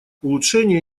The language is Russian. улучшения